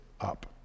up